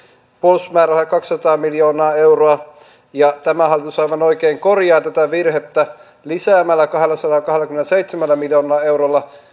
puolustusmäärärahoja kaksisataa miljoonaa euroa ja tämä hallitus aivan oikein korjaa tätä virhettä lisäämällä kahdellasadallakahdellakymmenelläseitsemällä miljoonalla eurolla